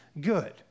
good